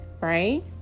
right